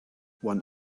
one